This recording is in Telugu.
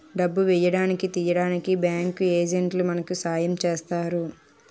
డబ్బు వేయడానికి తీయడానికి బ్యాంకు ఏజెంట్లే మనకి సాయం చేస్తారు